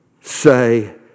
say